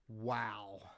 Wow